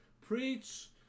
preach